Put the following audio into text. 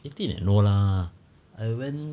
eighteen eh no lah I went